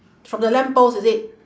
from the lamp post is it